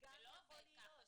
זה לא עובד ככה.